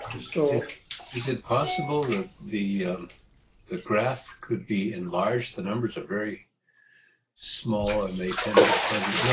so is it possible that the the graph could be enlarged? the numbers are very small, and they tend to get fuzzy. you know